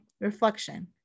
Reflection